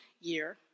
year